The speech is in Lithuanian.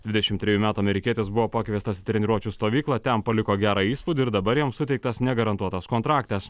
dvidešim trejų metų amerikietis buvo pakviestas į treniruočių stovyklą ten paliko gerą įspūdį ir dabar jam suteiktas negarantuotas kontraktas